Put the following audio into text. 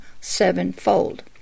sevenfold